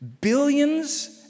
Billions